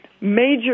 Major